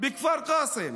בכפר קאסם,